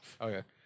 Okay